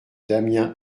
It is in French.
damien